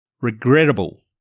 regrettable